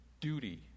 duty